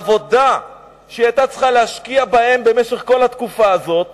העבודה שהיא היתה צריכה להשקיעה בהן במשך כל התקופה הזאת,